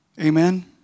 Amen